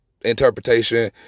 interpretation